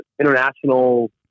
international